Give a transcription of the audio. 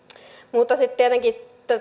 mutta sitten tietenkin